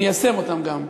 ניישם אותן גם.